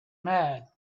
mad